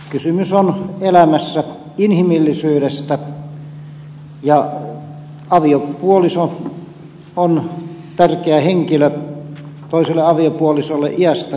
kysymys on inhimillisyydestä elämässä ja aviopuoliso on tärkeä henkilö toiselle aviopuolisolle iästä riippumatta